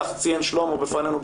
כך ציין שלמה בפנינו,